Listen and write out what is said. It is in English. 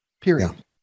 Period